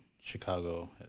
Chicago